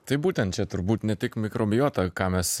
tai būtent čia turbūt ne tik mikrobiota ką mes